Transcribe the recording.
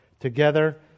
together